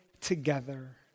together